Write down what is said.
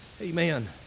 Amen